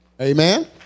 Amen